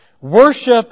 Worship